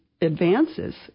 advances